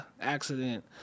Accident